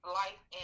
life